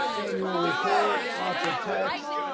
annual report, lots of texts,